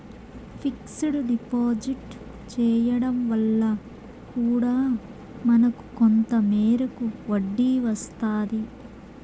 fixed deposit చేయడం వల్ల కూడా మనకు కొంత మేరకు వడ్డీ వస్తాది